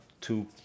two